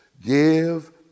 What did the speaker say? give